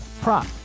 prop